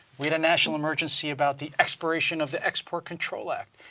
we had a national emergency about the expiration of the export control act.